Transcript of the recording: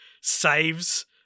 saves